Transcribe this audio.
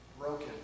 broken